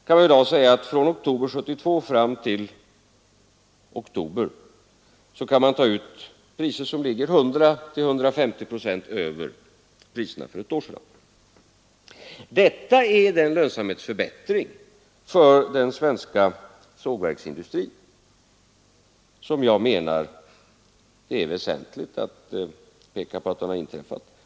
Från oktober 1972 fram till oktober i år har man kunnat ta ut priser som ligger 100—150 procent över priserna ett år tidigare. Detta är en lönsamhetsförbättring för den svenska sågverksindustrin, och jag menar att det är väsentligt att peka på att den har inträffat.